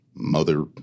Mother